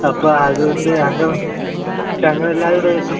അപ്പോൾ അതുകൊണ്ട് ഞങ്ങള് ഞങ്ങളെല്ലാവരും കൂടെ ഒരു ട്രിപ്പ്